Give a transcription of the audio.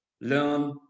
learn